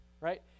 right